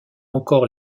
encore